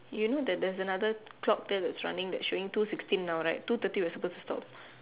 you know that there is another clock that is running that showing two sixteen now right two thirty we are supposed to stop